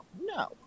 no